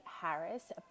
Harris